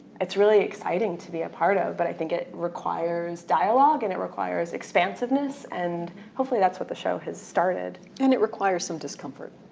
it's really exciting to be a part of but i think it requires dialogue and it requires expansiveness and hopefully that's what the show has started. and it requires some discomfort.